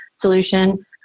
solution